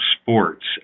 sports